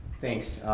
thanks.